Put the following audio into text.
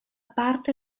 parte